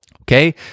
Okay